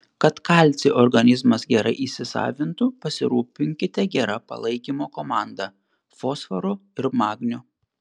kad kalcį organizmas gerai įsisavintų pasirūpinkite gera palaikymo komanda fosforu ir magniu